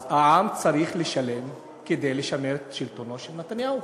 אז העם צריך לשלם כדי לשמר את שלטונו של נתניהו.